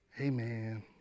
Amen